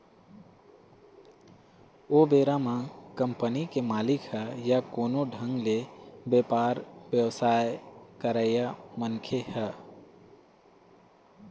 ओ बेरा म कंपनी के मालिक ह या कोनो ढंग ले बेपार बेवसाय करइया मनखे ह